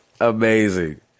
Amazing